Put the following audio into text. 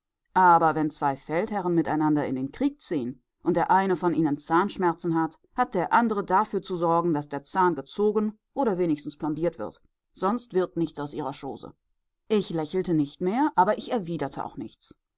aber wenn zwei feldherren miteinander in den krieg ziehen und der eine von ihnen zahnschmerzen hat hat der andere dafür zu sorgen daß der zahn gezogen oder wenigstens plombiert wird sonst wird nichts aus ihrer chose ich lächelte nicht mehr aber ich erwiderte auch nichts